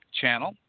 channel